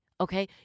okay